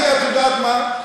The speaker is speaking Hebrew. אני, את יודעת מה,